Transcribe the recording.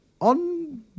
on